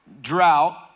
drought